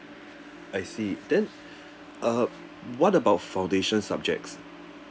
I see then uh what about foundation subjects